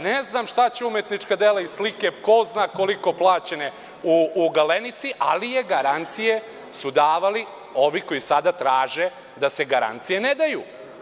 Ne znam šta će umetnička dela i slike, ko zna koliko plaćene, u „Galenici“, ali garancije su davali ovi koji sada traže da se garancije ne daju.